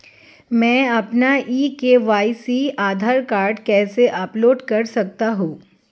मैं अपना e KYC Aadhaar card कैसे अपडेट कर सकता हूँ?